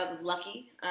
lucky